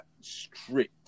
strict